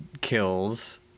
kills